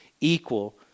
equal